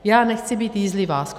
Já nechci být jízlivá.